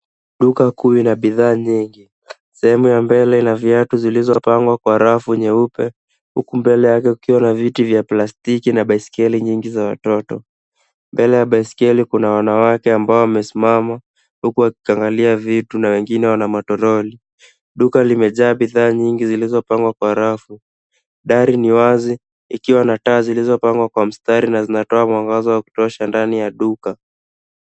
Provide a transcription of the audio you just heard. Duka kuu la bidhaa nyingi. Sehemu ya mbele ina viatu vilivyopangwa kwa rafu nyeupe huku mbele yake kukiwa na viti vya plastiki na baiskeli nyingi za watoto. Mbele ya baiskeli kuna wanawake ambao wamesimama huku wakiangalia vitu na wengine wana matoroli. Duka limejaa bidhaa nyingi zilizopangwa kwa rafu. Dari ni wazi ikiwa na taa zilizopangwa kwa mstari na zinatoa mwangaza wa kutosha ndani ya duka.